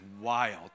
wild